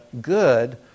good